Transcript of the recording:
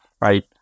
right